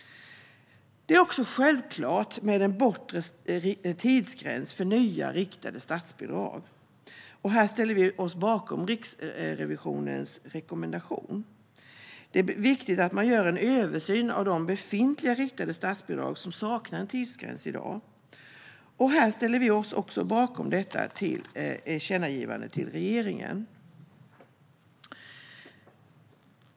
Det är självklart med en bortre tidsgräns för nya riktade statsbidrag. Här ställer vi oss bakom Riksrevisionens rekommendation. Det är viktigt att man gör en översyn av befintliga riktade statsbidrag som saknar en tidsgräns i dag. Vi ställer oss också bakom detta tillkännagivande till regeringen.